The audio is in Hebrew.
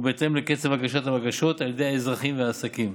ובהתאם לקצב הגשת הבקשות על ידי האזרחים והעסקים.